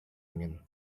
angin